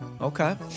Okay